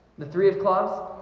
the three of clubs.